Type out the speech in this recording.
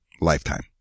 lifetime